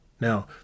Now